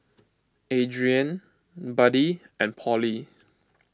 Adriene Buddie and Pollie